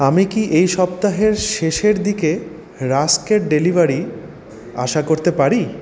আমি কি এই সপ্তাহের শেষের দিকে রাস্কের ডেলিভারি আশা করতে পারি